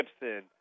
Gibson